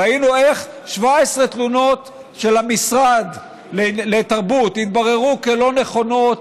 ראינו איך 17 תלונות של המשרד לתרבות התבררו כלא-נכונות,